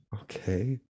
okay